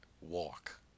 walk